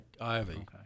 ivy